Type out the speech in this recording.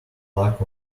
lack